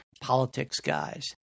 politicsguys